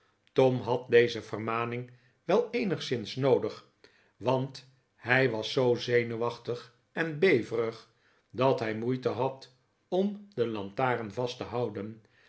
tom had deze vermaning wel eenigszins noodig want hij was zoo zenuwachtig en beverig dat hij moeite had om de lantaren vast te houden